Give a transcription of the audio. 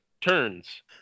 turns